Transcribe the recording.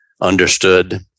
understood